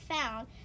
found